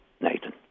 Nathan